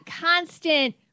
constant